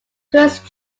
tourist